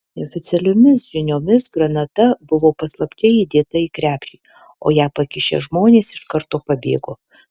neoficialiomis žiniomis granata buvo paslapčia įdėta į krepšį o ją pakišę žmonės iš karto pabėgo